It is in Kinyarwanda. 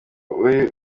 uri